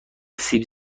سیب